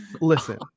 Listen